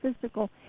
physical